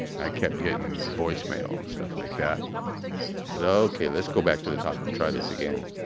i kept getting voicemail and stuff like that. i said, okay, let's go back to the top and try this again.